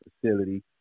facility